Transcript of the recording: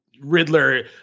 Riddler